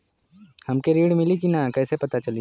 हमके ऋण मिली कि ना कैसे पता चली?